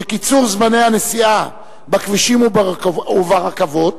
שקיצור זמני הנסיעה בכבישים וברכבות,